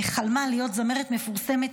חלמה להיות זמרת מפורסמת.